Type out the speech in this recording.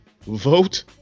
vote